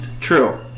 true